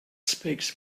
speaks